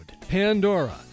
Pandora